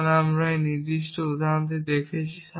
তখন আমি এই নির্দিষ্ট উদাহরণটি দেখছি